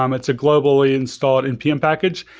um it's a globally installed npm package,